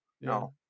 no